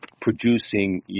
producing